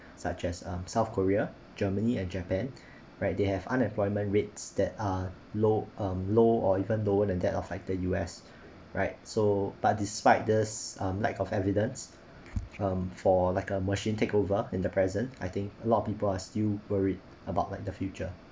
such as um south korea germany and japan right they have unemployment rates that are low um low or even lower than that of like the U_S right so but despite this um lack of evidence um for like a machine take over in the present I think a lot of people are still worried about like the future